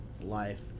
life